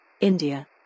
India